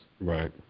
Right